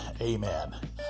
Amen